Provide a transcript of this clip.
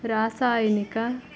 ರಾಸಾಯನಿಕ